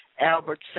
Albert